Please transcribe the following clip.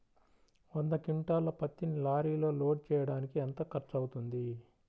వంద క్వింటాళ్ల పత్తిని లారీలో లోడ్ చేయడానికి ఎంత ఖర్చవుతుంది?